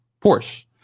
Porsche